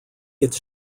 its